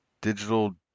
Digital